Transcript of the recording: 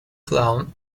clown